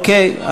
אוקיי.